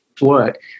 work